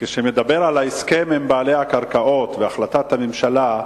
כשהוא מדבר על ההסכם עם בעלי הקרקעות והחלטת הממשלה,